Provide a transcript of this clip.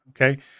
Okay